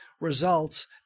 results